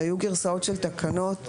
היו גרסאות של תקנות קודמות,